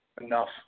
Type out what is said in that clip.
enough